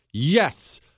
Yes